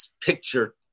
picture